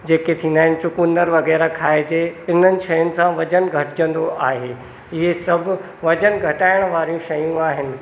जेके थींदा आहिनि चुकुंदर वगै़रह खाइजे इननि शयुनि सां वज़न घटिजंदो आहे इहे सभु वज़न घटाइण वारियूं शयूं आहिनि